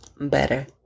better